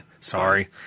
Sorry